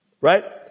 Right